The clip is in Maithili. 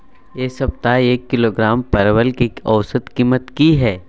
ऐ सप्ताह एक किलोग्राम परवल के औसत कीमत कि हय?